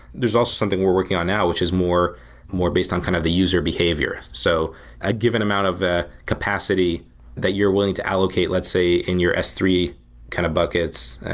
there's also something we're working on now, which is more more based on kind of the user behavior. so ah given amount of ah capacity that you're willing to allocate, let's say in your s three kind of buckets,